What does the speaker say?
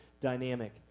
dynamic